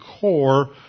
core